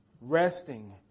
Resting